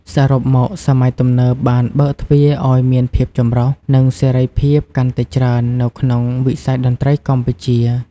សរុបមក សម័យទំនើបបានបើកទ្វារឱ្យមានភាពចម្រុះ និងសេរីភាពកាន់តែច្រើននៅក្នុងវិស័យតន្ត្រីកម្ពុជា។